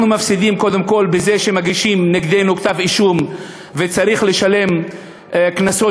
אנחנו מפסידים קודם כול בזה שמגישים נגדנו כתב-אישום וצריך לשלם קנסות,